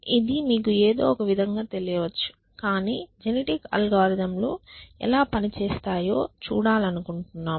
ఇది మీకు ఎదో ఒక విధంగా తెలియవచ్చు కాని జెనెటిక్ అల్గోరిథంలు ఎలా పనిచేస్తాయో చూడాలనుకుంటున్నాము